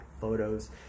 photos